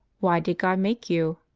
why did god make you?